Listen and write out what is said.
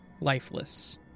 lifeless